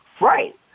Right